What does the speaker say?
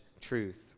truth